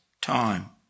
time